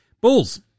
Bulls